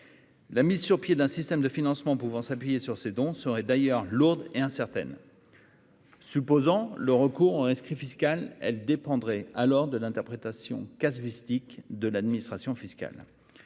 La mise sur pied d'un système de financement pouvant s'appuyer sur ces dons serait d'ailleurs lourde et incertaine. Supposant le recours au rescrit fiscal, elle dépendrait alors de l'interprétation casuistique de l'administration fiscale.